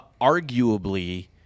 arguably –